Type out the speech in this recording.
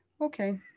Okay